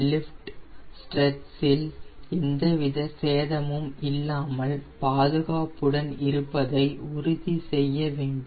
lift ஸ்ட்ரட்சில்எந்த வித சேதமும் இல்லாமல் பாதுகாப்புடன் இருப்பதை உறுதி செய்ய வேண்டும்